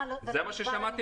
זה מה ששמעתי